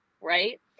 right